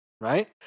Right